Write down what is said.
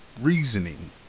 reasoning